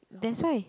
that's why